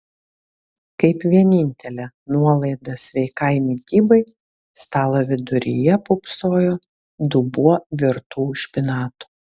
kaip vienintelė nuolaida sveikai mitybai stalo viduryje pūpsojo dubuo virtų špinatų